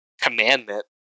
commandment